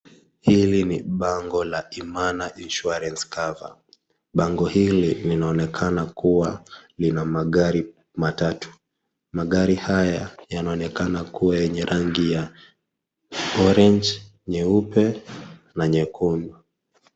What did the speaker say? Hili ni bango la Imana insurance cover, bango hili linaonekana kuwa lina magari matatu. Magari haya yanaonekana kuwa yenye rangi ya orange nyeupe na nyekundu.